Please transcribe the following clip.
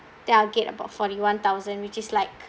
then I'll get about forty one thousand which is like